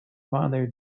father